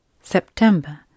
September